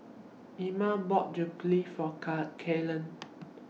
Inga bought Jokbal For Kaelyn